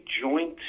joint